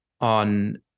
on